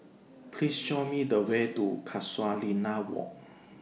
Please Show Me The Way to Casuarina Walk